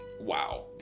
Wow